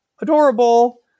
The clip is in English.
adorable